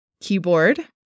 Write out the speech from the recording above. keyboard